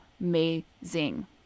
amazing